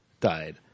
died